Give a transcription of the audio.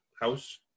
house